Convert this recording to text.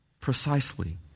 precisely